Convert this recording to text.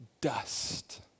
dust